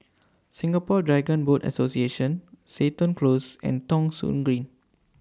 Singapore Dragon Boat Association Seton Close and Thong Soon Green